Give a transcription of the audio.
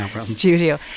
studio